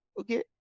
okay